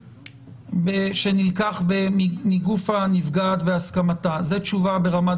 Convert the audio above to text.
שנלקח מגוף הנפגעת בהסכמתה זו תשובה ברמת